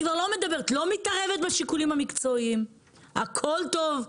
אני לא מתערבת בשיקולים המקצועיים, הכול טוב.